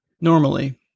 Normally